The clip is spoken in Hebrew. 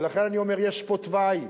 ולכן אני אומר: יש פה תוואי,